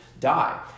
die